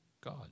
God